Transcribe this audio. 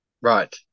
Right